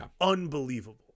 unbelievable